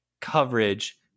coverage